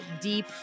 deep